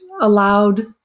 allowed